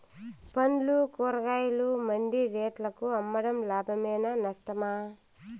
పండ్లు కూరగాయలు మండి రేట్లకు అమ్మడం లాభమేనా నష్టమా?